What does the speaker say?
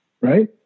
right